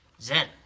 Zen